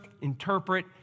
interpret